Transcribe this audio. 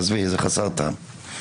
עזבי, זה חסר טעם.